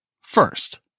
First